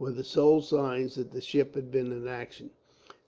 were the sole signs that the ship had been in action